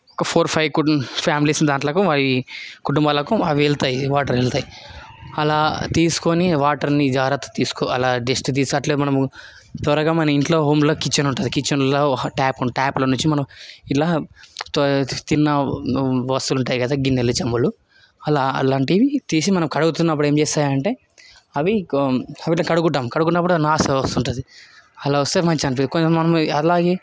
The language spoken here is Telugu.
ఒక ఫోర్ ఫైవ్ ఫ్యామిలీస్ దాకా పోయి కుటుంబాలకు అవి వెళ్తాయి వాటర్ వెళ్తాయి అలా తీసుకొని వాటర్ని జాగ్రత్తగా తీసుకోవాలి దిష్టితీసి అట్లాగే మనము త్వరగా మన ఇంట్లో హోమ్లో కిచెన్ ఉంటుంది కిచెన్లో టాప్ ఉంటుంది టాప్లో నుంచి మనము ఇలా తిన్న వస్తువులు ఉంటాయి కదా గిన్నెలు చొమ్ములు అలా అలాంటివి తీసి మనం కడుగుతున్నప్పుడు ఏం చేస్తాయి అంటే అవి కడుగుతాం కడుగుతున్నప్పుడు నాసు వస్తుంటుంది అలా వస్తున్నప్పుడు మనం అలాగే